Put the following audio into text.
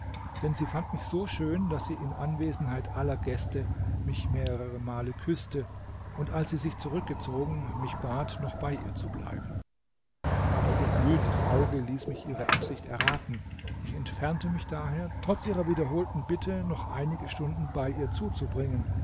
denn sie fand mich so schön daß sie in anwesenheit aller gäste mich mehrere male küßte und als sie sich zurückgezogen mich bat noch bei ihr zu bleiben aber ihr glühendes auge ließ mich ihre absicht erraten ich entfernte mich daher trotz ihrer wiederholten bitte noch einige stunden bei ihr zuzubringen